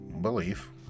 belief